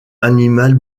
animale